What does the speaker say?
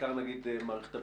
בעיקר ממערכת הביטחון.